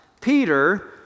Peter